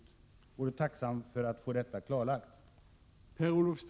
Jag vore tacksam att få detta klarlagt.